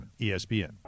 ESPN